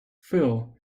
phil